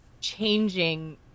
changing